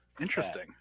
Interesting